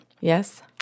Yes